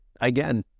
Again